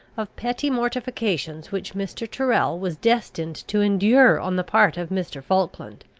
of petty mortifications which mr. tyrrel was destined to endure on the part of mr. falkland.